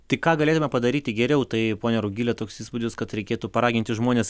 tai ką galėtume padaryti geriau tai ponia rugile toks įspūdis kad reikėtų paraginti žmones